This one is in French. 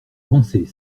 avancer